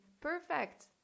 perfect